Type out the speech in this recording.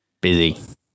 Busy